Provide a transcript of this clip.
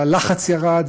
והלחץ ירד,